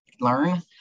learn